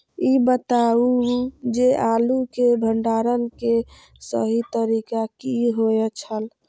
ई बताऊ जे आलू के भंडारण के सही तरीका की होय छल?